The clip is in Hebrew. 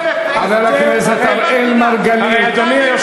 זה בפייסבוק וזה במדינה.